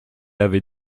avait